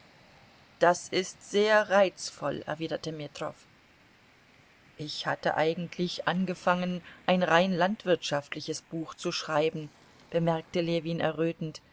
das ist sehr reizvoll erwiderte metrow ich hatte eigentlich angefangen ein rein landwirtschaftliches buch zu schreiben bemerkte ljewin errötend